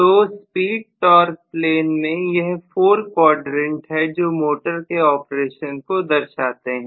तो speed torque plane के यह 4 क्वाड्रेंट हैं जो मोटर के ऑपरेशन को दर्शाते हैं